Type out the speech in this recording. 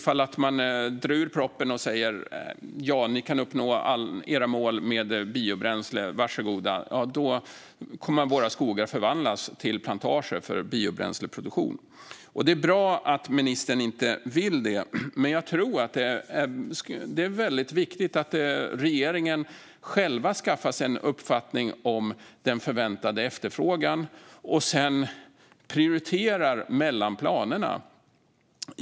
Om vi drar ur proppen och säger att målen kan nås med biobränsle så varsågoda, ja, då kommer våra skogar att förvandlas till plantager för biobränsleproduktion. Det är bra att ministern inte vill det, men jag tror att det är viktigt att regeringen själv skaffar sig en uppfattning om den förväntade efterfrågan och sedan prioriterar bland planerna.